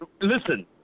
listen